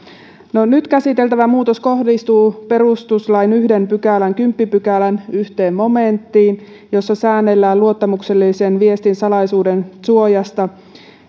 nyt käsiteltävä muutos kohdistuu perustuslain yhden pykälän kymmenennen pykälän yhteen momenttiin jossa säännellään luottamuksellisen viestin salaisuuden suojasta